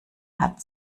hat